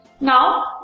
Now